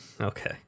okay